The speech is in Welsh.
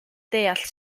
deall